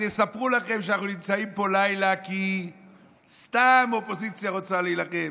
אז יספרו לכם שאנחנו נמצאים פה לילה כי סתם האופוזיציה רוצה להילחם